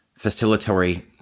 facilitatory